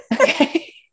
Okay